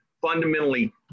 fundamentally